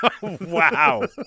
Wow